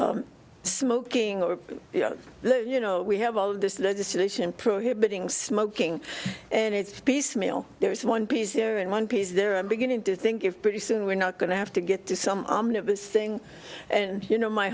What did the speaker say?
these smoking or you know we have all this legislation prohibiting smoking and it's piecemeal there is one piece here and one piece there i'm beginning to think of pretty soon we're not going to have to get to some of this thing and you know my